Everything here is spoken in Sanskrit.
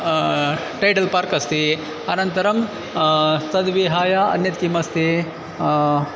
टैडल् पार्क् अस्ति अनन्तरं तद्विहाय अन्यत् किम् अस्ति